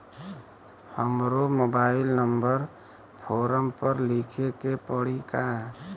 हमरो mobile number forum पर लिखे के पड़ी का?